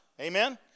amen